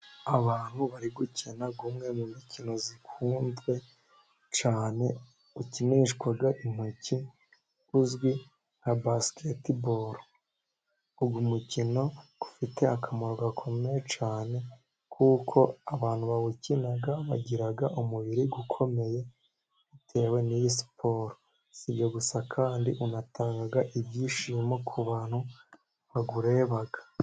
Abantu bari gukina umwe mu mikino zikunzwe cyane, ukinishwa intoki uzwi nka basiketi bolo, uyu mukino ufite akamaro gakomeye cyane, kuko abantu bawukina bagira umubiri ukomeye bitewe n' iyi siporo sibyo gusa kandi unatanga ibyishimo ku bantu bawureba.